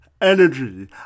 energy